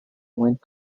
went